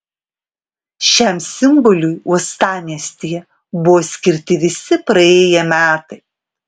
šiam simboliui uostamiestyje buvo skirti visi praėję metai